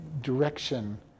direction